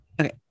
Okay